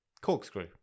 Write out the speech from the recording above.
corkscrew